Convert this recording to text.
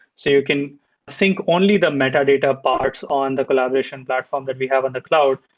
so you can sync only the metadata parts on the collaboration platform that we have on the cloud.